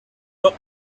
doc